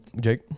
Jake